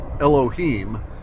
Elohim